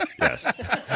Yes